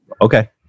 okay